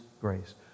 grace